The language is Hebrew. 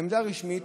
העמדה הרשמית,